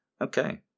Okay